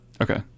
okay